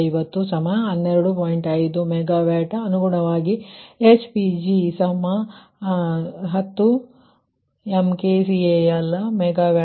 5 MW ಅನುಗುಣವಾಗಿ HPg10 MkcalMWhr